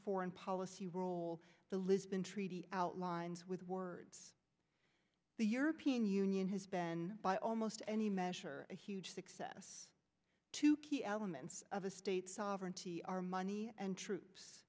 foreign policy role the lisbon treaty outlines with words the european union has been by almost any measure a huge success two key elements of a state sovereignty our money and troops